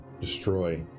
destroy